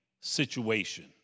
situation